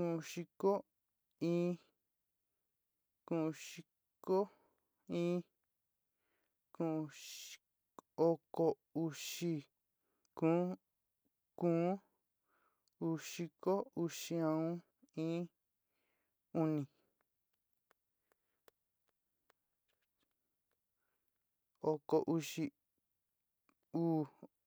Udiko iin, udiko iin, ondi oko uxi ko-ko ondiko uxi o'on, iin, oni oko uxi uu,